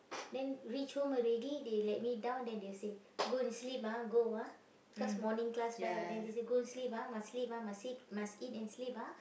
then reach home already they let me down then they say go and sleep ah go ah cause morning class right then they say go and sleep ah must sleep ah must sleep must eat and sleep ah